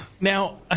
Now